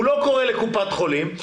הוא לא קורא לקופת חולים.